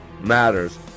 matters